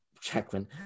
Jacqueline